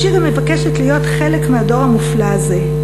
בשיר היא מבקשת להיות חלק מהדור הנפלא הזה,